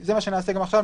זה מה שיהיה גם עכשיו,